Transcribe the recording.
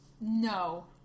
No